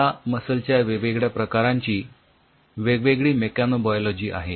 या मसल च्या वेगवेगळ्या प्रकारांची वेगवेगळी मेकॅनोबायोलॉजी आहे